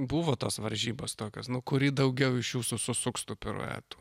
buvo tos varžybos tokios kuri daugiau iš jūsų susuks tų piruetų